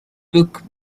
book